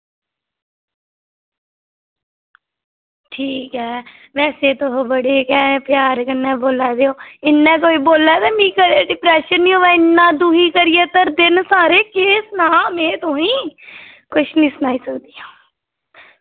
ठीक ऐ बैसे तुस बड़े गै प्यार कन्नै बोल्ला दे ओ इन्ना कोई बोले ते मिगी कोई डिप्रेशन निं होवै इन्ना दुखी करदे न सारे में केह् सनां तुसेंगी कुछ निं सनाई सकदी अंऊ